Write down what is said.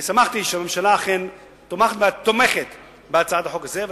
אני שמחתי שהממשלה אכן תומכת בהצעת החוק הזאת.